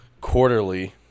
quarterly